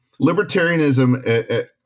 Libertarianism